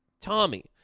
Tommy